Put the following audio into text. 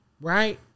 right